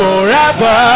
Forever